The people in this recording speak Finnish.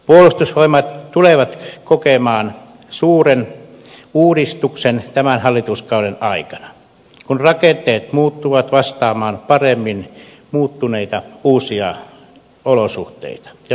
puolustusvoimat tulee kokemaan suuren uudistuksen tämän hallituskauden aikana kun rakenteet muuttuvat vastaamaan paremmin muuttuneita uusia olosuhteita ja toimintaympäristöjä